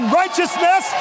righteousness